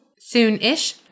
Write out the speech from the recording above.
soon-ish